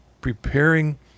preparing